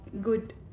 good